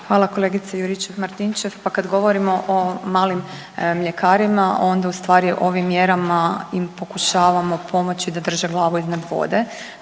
Hvala kolegice Juričev Martinčev. Pa kad govorimo o malim mljekarima onda ustvari ovim mjerama im pokušavamo pomoći da drže glavu iznad vode